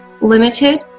limited